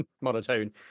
Monotone